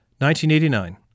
1989